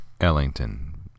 Ellington